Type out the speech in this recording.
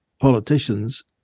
politicians